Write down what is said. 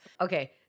Okay